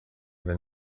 than